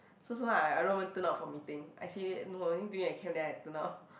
so sometimes I I don't even turn up for meeting actually no the only thing it came then I turned down